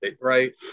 Right